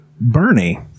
Bernie